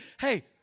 Hey